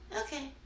Okay